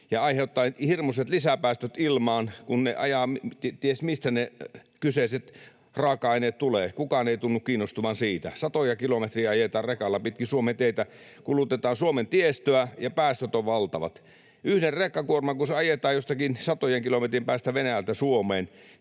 ja aiheuttavat hirmuiset lisäpäästöt ilmaan — ties mistä ne kyseiset raaka-aineet tulevat. Kukaan ei tunnu kiinnostuvan siitä. [Petri Hurun välihuuto] Satoja kilometrejä ajetaan rekalla pitkin Suomen teitä, kulutetaan Suomen tiestöä, ja päästöt ovat valtavat. Kun yksi rekkakuorma ajetaan jostakin satojen kilometrien päästä Venäjältä Suomeen,